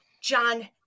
John